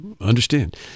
Understand